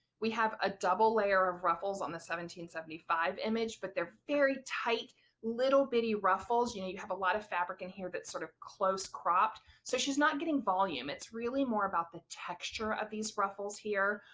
we have a double layer of ruffles on the one thousand five image, but they're very tight little bitty ruffles. you know, you have a lot of fabric in here that's sort of close cropped so she's not getting volume it's really more about the texture of these ruffles here,